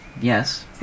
Yes